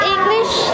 English